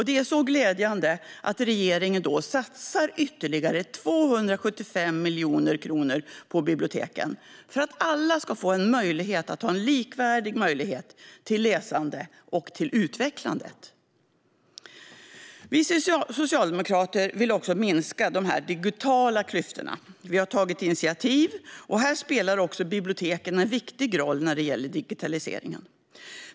Det är så glädjande att regeringen satsar ytterligare 275 miljoner kronor på biblioteken för att alla ska få likvärdiga möjligheter till att utveckla sitt läsande. Vi socialdemokrater vill också minska de digitala klyftorna. Vi har tagit initiativ. Här spelar också biblioteken en viktig roll när det gäller digitaliseringen.